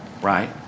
right